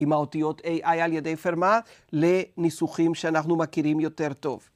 עם האותיות AI על ידי פרמה לניסוחים שאנחנו מכירים יותר טוב.